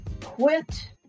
Quit